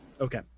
Okay